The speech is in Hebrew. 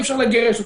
אי אפשר לגרש אותם.